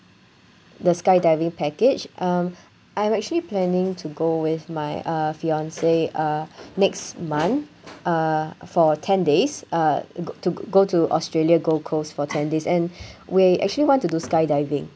the skydiving package um I'm actually planning to go with my uh fiance uh next month uh for ten days uh go to go to australia gold coast for ten days and we actually want to do skydiving